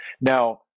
Now